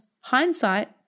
hindsight